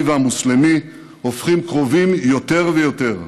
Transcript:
והמוסלמי הופכים קרובים יותר ויותר.